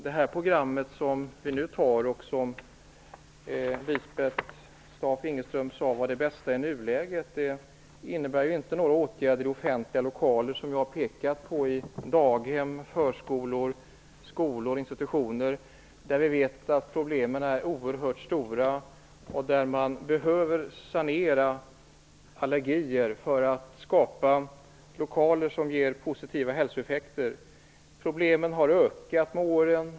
Det program som vi nu antar och som Lisbeth Staaf-Igelström sade var det bästa i nuläget innebär inte några åtgärder i offentliga lokaler, som vi har pekat på, t.ex. i daghem, förskolor, skolor och institutioner. Vi vet att problemen är oerhört stora där och att man behöver sanera för att förhindra allergier och skapa lokaler som ger positiva hälsoeffekter. Problemen har ökat med åren.